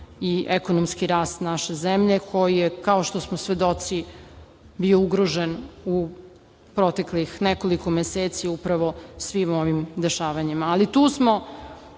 i ekonomski rast naše zemlje, koji je kao što smo svedoci bio ugrožen u proteklih nekoliko meseci upravo svim ovim dešavanjima. Tu smo